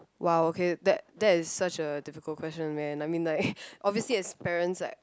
!wow! okay that that is such a difficult question man I mean like obviously as parents like